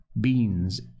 beans